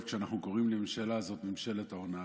שאנחנו קוראים לממשלה הזאת "ממשלת ההונאה"